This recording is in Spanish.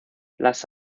las